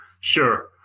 Sure